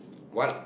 what